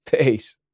Peace